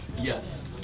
yes